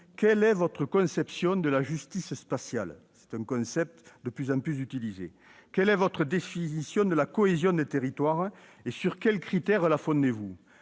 quelle est votre conception de la justice spatiale, un concept de plus en plus employé ? Quelle est votre définition de la cohésion des territoires, et sur quels critères la fondez-vous ?